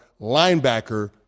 linebacker